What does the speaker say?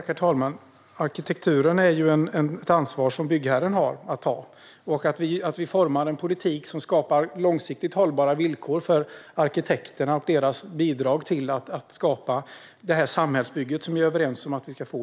Herr talman! Arkitekturen är byggherrens ansvar. Vi formar en politik som ger långsiktigt hållbara villkor för arkitekterna och deras bidrag till det samhällsbygge vi är överens om.